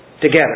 together